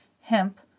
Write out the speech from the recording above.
hemp